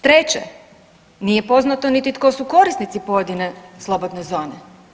Treće, nije poznato niti tko su korisnici pojedine slobodne zone.